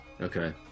Okay